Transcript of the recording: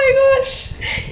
yeah